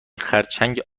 خرچنگ